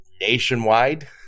nationwide